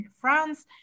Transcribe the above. France